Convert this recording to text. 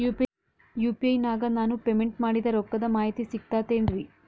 UPI ನಾಗ ನಾನು payment ಮಾಡಿದ ರೊಕ್ಕದ ಮಾಹಿತಿ ಸಿಕ್ತಾತೇನ್ರೀ?